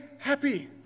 Happy